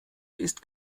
ist